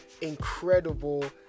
incredible